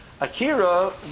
Akira